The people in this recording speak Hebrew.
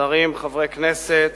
שרים, חברי כנסת,